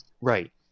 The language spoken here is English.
Right